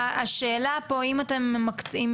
השאלה פה אם אתם מקצים,